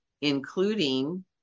including